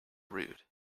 rude